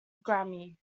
grammy